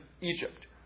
Egypt